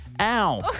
ow